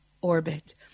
orbit